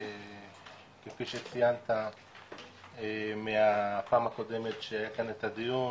כפי שציינת בפעם הקודמת שהיה כאן את הדיון,